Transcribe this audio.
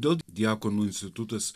dėl diakonų institutas